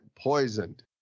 poisoned